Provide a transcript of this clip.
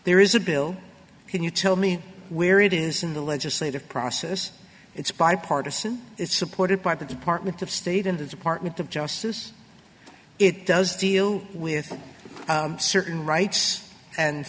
there is a bill can you tell me where it is in the legislative process it's bipartisan it's supported by the department of state and the department of justice it does deal with certain rights and